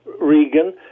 Regan